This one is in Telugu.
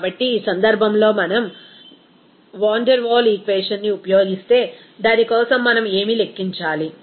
కాబట్టి ఈ సందర్భంలో మనం వాన్ డెర్ వాల్ ఈక్వేషన్ ని ఉపయోగిస్తే దాని కోసం మనం ఏమి లెక్కించాలి